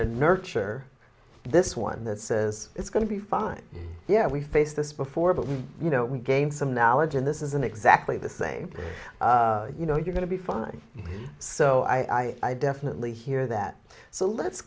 to nurture this one that says it's going to be fine yeah we face this before but you know we gain some knowledge in this isn't exactly the same you know you're going to be fine so i i definitely hear that so let's